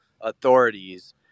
authorities